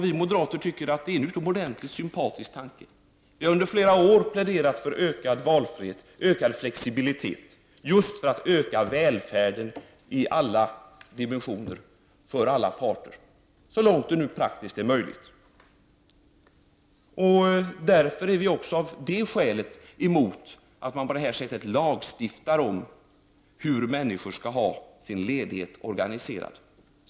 Vi moderater tycker att det är en utomordentligt sympatisk tanke. Vi har under flera år pläderat för ökad valfrihet och ökad flexibilitet, just för att öka välfärden i alla dimensioner för alla parter, så långt det nu praktiskt är möjligt. Av detta skäl är vi också emot att man på det här sättet lagstiftar om hur människor skall ha sin ledighet organiserad.